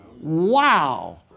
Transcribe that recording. Wow